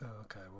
Okay